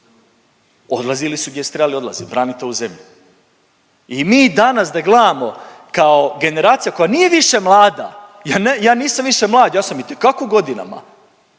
odlazili su gdje su trebali odlazit, branit ovu zemlju. I mi danas da gledamo kao generacija koja nije više mlada, ja nisam više mlad, ja sam itekako u godinama,